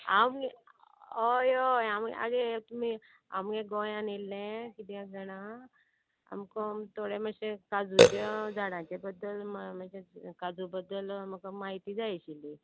हांव मगे हय हय हांव मगे आगे तुमी हांव मगे गोंयान येयल्लें किद्याक जाणा आमकां थोडे मातशे काजूच्या झाडांचे बद्दल मातशें काजू बद्दल म्हाका म्हायती जाय आशिल्ली